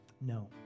No